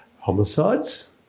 homicides